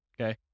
okay